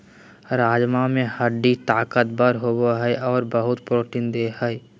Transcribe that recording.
राजमा से हड्डी ताकतबर होबो हइ और बहुत प्रोटीन देय हई